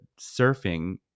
surfing